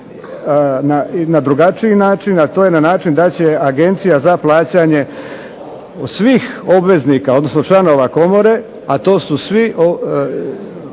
na drugačiji način, a to je na način da će Agencija za plaćanje svih obveznika, odnosno članova Komore, a to su svi kao